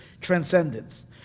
transcendence